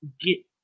get